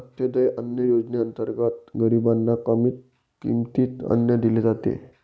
अंत्योदय अन्न योजनेअंतर्गत गरीबांना कमी किमतीत अन्न दिले जाते